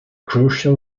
crucial